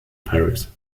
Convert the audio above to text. paris